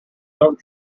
don’t